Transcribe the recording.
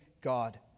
God